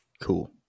Cool